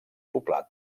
poblat